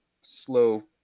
slow